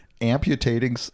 amputating